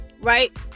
right